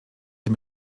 der